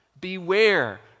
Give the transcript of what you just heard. Beware